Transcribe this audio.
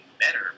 better